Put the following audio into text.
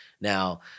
Now